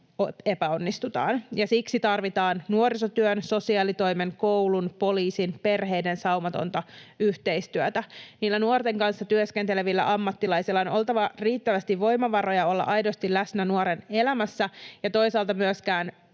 epäonnistutaan, ja siksi tarvitaan nuorisotyön, sosiaalitoimen, koulun, poliisin ja perheiden saumatonta yhteistyötä. Nuorten kanssa työskentelevillä ammattilaisilla on oltava riittävästi voimavaroja olla aidosti läsnä nuoren elämässä ja toisaalta myöskin